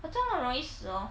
but 蟑螂很容易死 hor